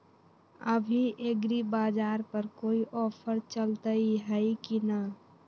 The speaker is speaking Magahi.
अभी एग्रीबाजार पर कोई ऑफर चलतई हई की न?